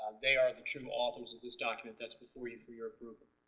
they are the true authors of this document that's before you for your approval.